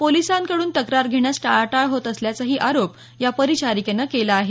पोलीसांकडून तक्रार घेण्यास टाळाटाळ होत असल्याचाही आरोप या परिचारिकेनं केला आहे